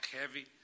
heavy